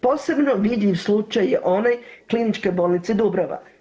Posebno vidljiv slučaj je onaj Kliničke bolnice Dubrava.